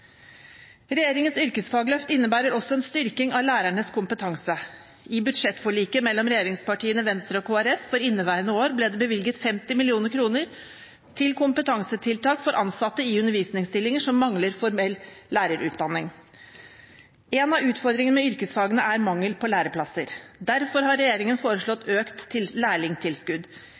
Regjeringens yrkesfagløft innebærer også en styrking av lærernes kompetanse. I budsjettforliket mellom regjeringspartiene, Venstre og Kristelig Folkeparti for inneværende år ble det bevilget 50 mill. kr til kompetansetiltak for ansatte i undervisningsstillinger som mangler formell lærerutdanning. En av utfordringene med yrkesfagene er mangel på læreplasser. Derfor har regjeringen